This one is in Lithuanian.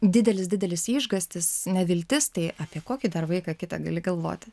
didelis didelis išgąstis neviltis tai apie kokį dar vaiką kitą gali galvoti